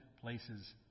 places